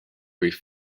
rhif